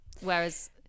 Whereas